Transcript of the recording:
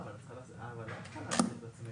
זה כלפי הציבור.